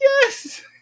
Yes